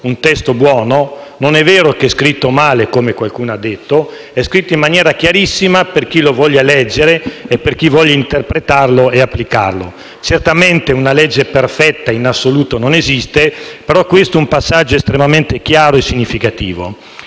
e buono. Non è vero che è scritto male, come qualcuno ha detto; è scritto in maniera chiarissima per chi lo voglia leggere e per chi voglia interpretarlo e applicarlo. Certamente, una legge perfetta in assoluto non esiste, però questo è un passaggio estremamente chiaro e significativo